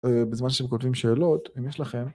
‫בזמן שאתם כותבים שאלות, אם יש לכם...